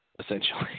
Essentially